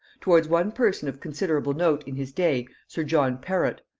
towards one person of considerable note in his day, sir john perrot,